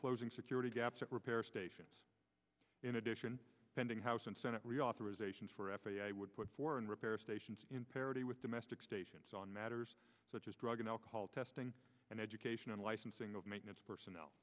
closing security gaps and repair stations in addition pending house and senate reauthorization for f a a would put foreign repair stations in parity with domestic stations on matters such as drug and alcohol testing and education and licensing of maintenance personnel